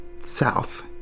south